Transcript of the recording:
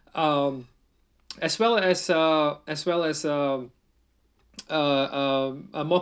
um as well as uh as well as uh uh uh uh more